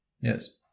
Yes